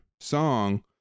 song